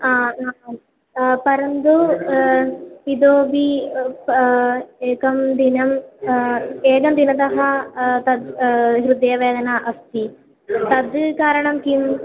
आ अहं परन्तु इतोऽपि प् एकं दिनम् एकं दिनतः तद् हृदयवेदना अस्ति तद् कारणं किम्